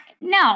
no